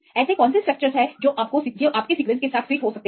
ऐसी कौन सी स्ट्रक्चरस हैं जो आपके सीक्वेंसके साथ फिट हो सकती हैं